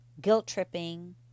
guilt-tripping